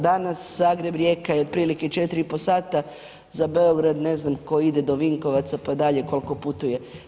Danas Zagreb-Rijeka je otprilike 4,5 sata za Beograd ne znam, tko ide do Vinkovaca pa dalje koliko putuje.